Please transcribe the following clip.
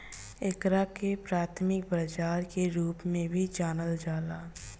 एकरा के प्राथमिक बाजार के रूप में भी जानल जाला